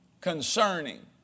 concerning